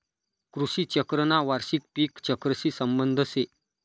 कृषी चक्रना वार्षिक पिक चक्रशी संबंध शे